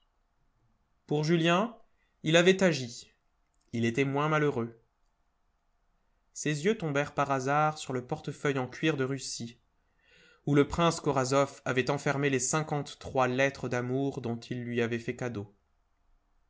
pour julien il avait agi il était moins malheureux ses yeux tombèrent par hasard sur le portefeuille en cuir de russie où le prince korasoff avait enfermé les cinquante-trois lettres d'amour dont il lui avait fait cadeau